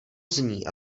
zní